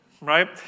right